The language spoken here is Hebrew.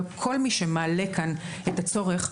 אבל כל מי שמעלה כאן את הצורך,